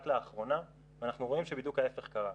לאחרונה ואנחנו רואים שבדיוק ההיפך קרה.